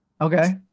Okay